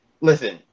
listen